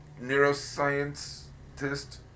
neuroscientist